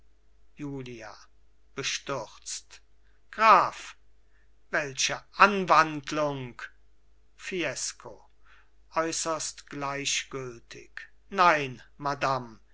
julia bestürzt graf welche anwandlung fiesco äußerst gleichgültig nein madam